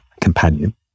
companion